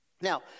Now